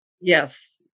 Yes